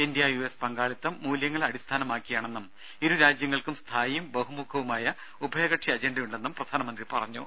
India U S പങ്കാളിത്തം മൂല്യങ്ങളെ അടിസ്ഥാനമാക്കിയാണെന്നും ഇരു അരാജ്യങ്ങൾക്കും സ്ഥായിയും ബഹുമുഖവുമായ ഉഭയകക്ഷി അജണ്ടയുണ്ടെന്നും പ്രധാനമന്ത്രി പറഞ്ഞു